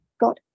got